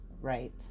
Right